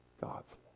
God's